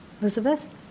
Elizabeth